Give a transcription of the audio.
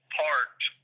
parked